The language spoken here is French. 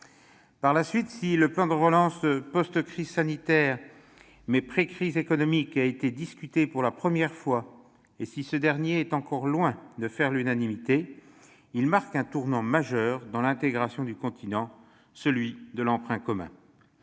Ensuite, si le plan de relance, post-crise sanitaire, mais pré-crise économique, a été discuté pour la première fois et s'il est encore loin de faire l'unanimité, il marque un tournant majeur dans l'intégration du continent : celui de l'emprunt commun.